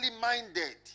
minded